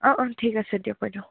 অঁ অঁ ঠিক আছে দিয়ক বাইদেউ